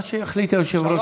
מה שיחליט היושב-ראש